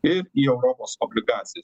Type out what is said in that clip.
ir į europos obligacijas